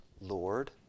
Lord